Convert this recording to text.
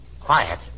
Quiet